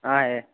हाँ है